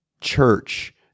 church